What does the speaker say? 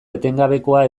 etengabekoa